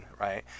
right